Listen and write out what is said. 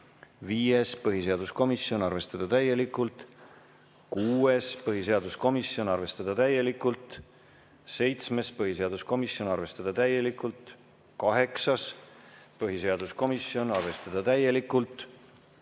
Viies, põhiseaduskomisjonilt, arvestada täielikult. Kuues, põhiseaduskomisjonilt, arvestada täielikult. Seitsmes, põhiseaduskomisjonilt, arvestada täielikult. Kaheksas, põhiseaduskomisjonilt, arvestada täielikult.